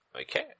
Okay